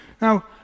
Now